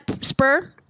spur